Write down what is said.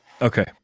okay